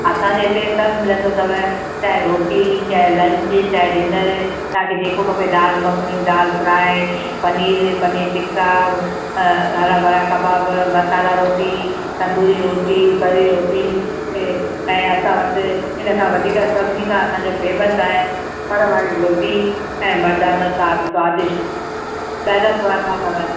असांजे हिते सभु मिलंदो अथव चाहे रोटी चाहे लंच चाहे डिनर तव्हांखे जेको खपे दालि मखिनी दालि फ़्राए पनीर पनीर टिक्का हर भरा कबाब मसाला रोटी तंदूरी रोटी फ़री रोटी ऐं असां वटि इन खां वधीक सभिनी खां असांजो फ़ेमस आहे पण वारी रोटी ऐं मर्दानो साकु स्वादिष्ट ॾाढा स्वादु अथव